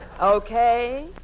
Okay